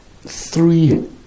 three